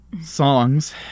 songs